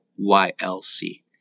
YLC